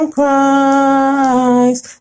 Christ